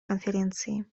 конференции